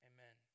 Amen